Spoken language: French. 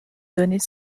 donnait